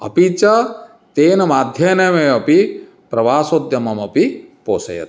अपि च तेन माध्यमेनैव अपि प्रवासोद्यममपि पोषयति